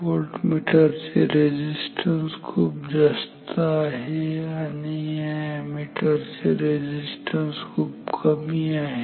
voltmeter चे resistance खूप जास्त आहे आणि या अॅमीटर चे रेझिस्टन्स खूप कमी आहे